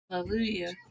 Hallelujah